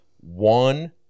one